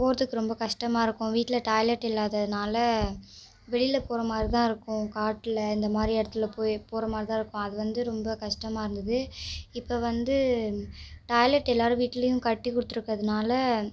போகிறதுக்கு ரொம்ப கஷ்டமாக இருக்கும் வீட்டில் டாய்லெட் இல்லாதனால் வெளியில் போகிற மாதிரி தான் இருக்கும் காட்டில் இந்த மாதிரி இடத்துல போய் போகிற மாதிரி தான் இருக்கும் அது வந்து ரொம்ப கஷ்டமாக இருந்தது இப்போ வந்து டாய்லெட் எல்லார் வீட்லேயும் கட்டி கொடுத்துருக்கறதுனால